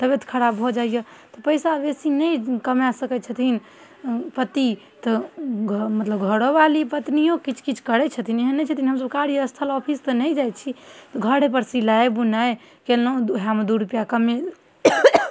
तबिअत खराब भऽ जाइए पइसा बेसी नहि कमा सकै छथिन पति तऽ घर मतलब घरोवाली पत्निओ किछु किछु करै छथिन ई नहि छथिन ओ कार्यस्थल ऑफिस तऽ नहि जाइ छी घरेपर सिलाइ बुनाइ कएलहुँ वएहमे दुइ रुपैआ कमे